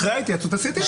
אחרי ההתייעצות עשיתי.